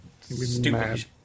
Stupid